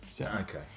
Okay